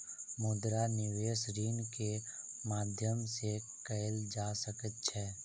मुद्रा निवेश ऋण के माध्यम से कएल जा सकै छै